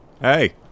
Hey